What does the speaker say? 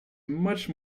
much